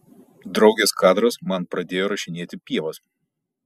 draugės kadras man pradėjo rašinėti pievas